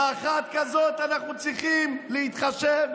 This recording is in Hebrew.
באחת כזו אנחנו צריכים להתחשב,